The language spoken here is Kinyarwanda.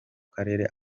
karere